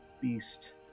beast